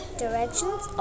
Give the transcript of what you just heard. directions